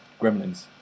Gremlins